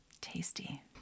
tasty